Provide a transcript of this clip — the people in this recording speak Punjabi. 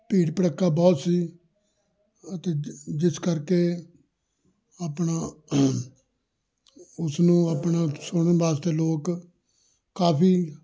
ਭੀੜ ਭੜੱਕਾ ਬਹੁਤ ਸੀ ਅਤੇ ਜਿ ਜਿਸ ਕਰਕੇ ਆਪਣਾ ਉਸਨੂੰ ਆਪਣਾ ਸੁਣਨ ਵਾਸਤੇ ਲੋਕ ਕਾਫੀ